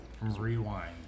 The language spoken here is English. Rewind